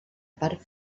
part